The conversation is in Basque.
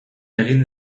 egin